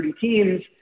teams